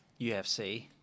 UFC